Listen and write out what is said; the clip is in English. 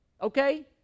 Okay